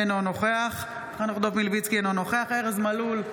אינו נוכח חנוך דב מלביצקי, אינו נוכח ארז מלול,